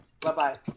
Bye-bye